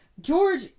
George